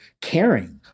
caring